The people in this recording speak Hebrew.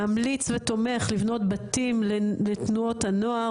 ממליץ ותומך לבנות בתים לתנועות הנוער,